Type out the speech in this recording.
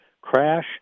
crash